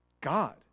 God